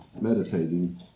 meditating